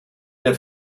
der